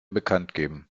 bekanntgeben